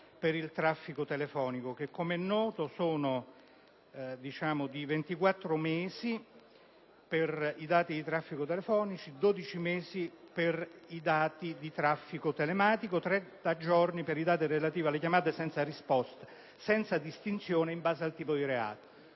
dei dati che, com'è noto, è di 24 mesi per i dati di traffico telefonico, 12 mesi per i dati di traffico telematico e 30 giorni per i dati relativi alle chiamate senza risposta, senza distinzioni in base al tipo di reato.